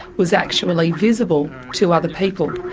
was actually visible to other people.